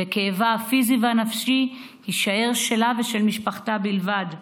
וכאבה הפיזי והנפשי יישאר שלה ושל משפחתה בלבד.